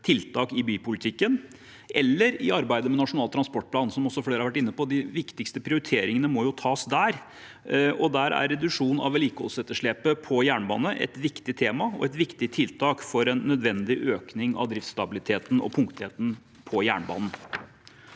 tiltak i bypolitikken, eller arbeidet med Nasjonal transportplan, som flere har vært inne på. De viktigste prioriteringene må tas der, og der er reduksjon av vedlikeholdsetterslepet på jernbanen et viktig tema og et viktig tiltak for en nødvendig økning av driftsstabiliteten og punktligheten på jernbanen.